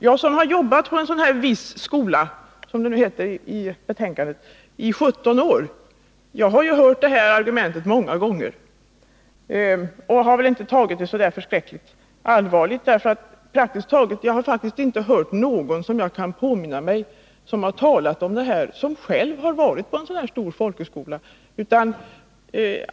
Jag som har jobbat i 17 år på en av dessa ”vissa skolor”, som det heter i betänkandet, har hört argumentet mot stora skolor många gånger och har inte tagit det så allvarligt. Efter vad jag kan påminna mig har ingen av dem som har kritiserat de stora folkhögskolorna själv varit på en sådan.